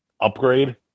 upgrade